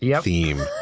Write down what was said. theme